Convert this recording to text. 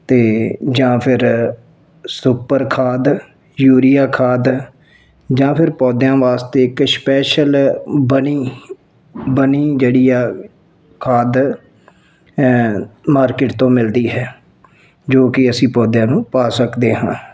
ਅਤੇ ਜਾਂ ਫਿਰ ਸੁਪਰ ਖਾਦ ਯੂਰੀਆ ਖਾਦ ਜਾਂ ਫਿਰ ਪੌਦਿਆਂ ਵਾਸਤੇ ਇੱਕ ਸਪੈਸ਼ਲ ਬਣੀ ਬਣੀ ਜਿਹੜੀ ਆ ਖਾਦ ਮਾਰਕੀਟ ਤੋਂ ਮਿਲਦੀ ਹੈ ਜੋ ਕਿ ਅਸੀਂ ਪੌਦਿਆਂ ਨੂੰ ਪਾ ਸਕਦੇ ਹਾਂ